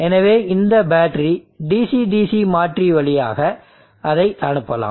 எனவே இந்த battery DC DC மாற்றி வழியாக அதை அனுப்பலாம்